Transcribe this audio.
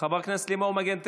חברת הכנסת לימור מגן תלם,